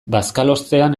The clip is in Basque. bazkalostean